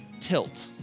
tilt